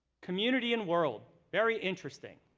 community and world. very interesting.